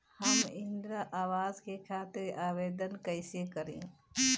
हम इंद्रा अवास के खातिर आवेदन कइसे करी?